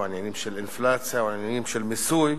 עניינים של אינפלציה או עניינים של מיסוי,